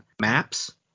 maps